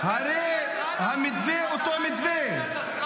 הרי המתווה הוא אותו מתווה.